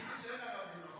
תגיד לי שאין ערבים,